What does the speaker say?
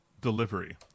delivery